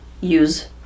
use